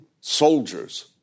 soldiers